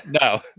No